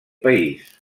país